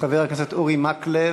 חבר הכנסת אורי מקלב.